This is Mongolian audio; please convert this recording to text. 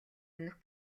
өмнөх